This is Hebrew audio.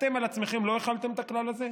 אתם על עצמכם לא החלתם את הכלל הזה?